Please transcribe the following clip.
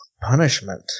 punishment